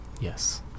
Yes